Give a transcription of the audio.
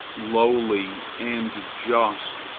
lowly, and just,